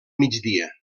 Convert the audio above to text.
migdia